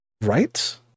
right